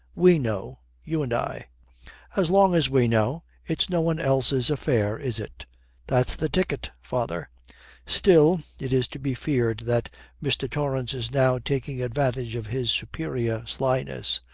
we know, you and i as long as we know, it's no one else's affair, is it that's the ticket, father still it is to be feared that mr. torrance is now taking advantage of his superior slyness.